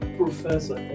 professor